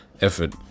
effort